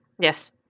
Yes